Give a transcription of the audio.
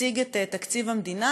הציג את תקציב המדינה.